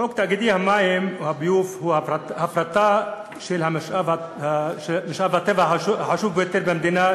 חוק תאגידי מים וביוב הוא הפרטה של משאב הטבע החשוב ביותר במדינה,